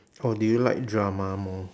or do you like drama more